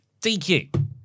DQ